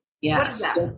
Yes